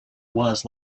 was